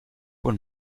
und